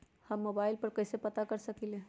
हम मोबाइल पर कईसे पता कर सकींले?